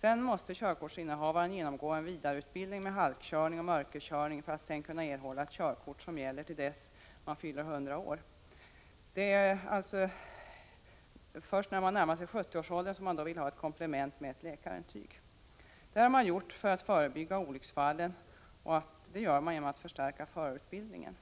sedan måste körkortsinnehavaren genomgå en vidareutbildning med halkkörning och mörkerkörning för att kunna erhålla ett körkort som gäller till dess han fyller 100 år. Dock är det så att när man närmar sig 70 års ålder krävs ett läkarintyg. I Norge har man genomfört detta system för att förebygga olycksfallen genom att förstärka förarutbildningen.